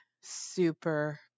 super